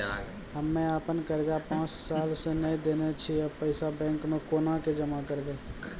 हम्मे आपन कर्जा पांच साल से न देने छी अब पैसा बैंक मे कोना के जमा करबै?